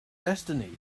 destiny